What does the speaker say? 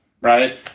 right